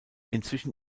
inzwischen